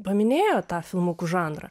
paminėjo tą filmukų žanrą